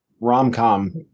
rom-com